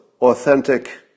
authentic